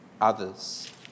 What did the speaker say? others